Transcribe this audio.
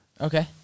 Okay